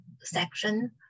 section